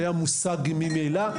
היה מושג ממילא.